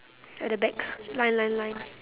at the back line line line